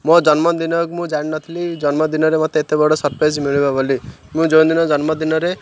ମୋ ଜନ୍ମଦିନକୁ ମୁଁ ଜାଣିନଥିଲି ଜନ୍ମଦିନରେ ମୋତେ ଏତେ ବଡ଼ ସର୍ପ୍ରାଇଜ ମିଳିବ ବୋଲି ମୁଁ ଯେଉଁଦିନ ଜନ୍ମଦିନରେ